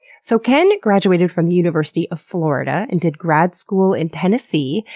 so ken graduated from the university of florida, and did grad school in tennessee,